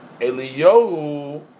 Eliyahu